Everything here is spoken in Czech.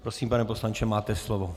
Prosím, pane poslanče, máte slovo.